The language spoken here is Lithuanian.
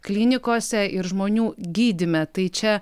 klinikose ir žmonių gydyme tai čia